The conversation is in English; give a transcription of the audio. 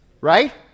Right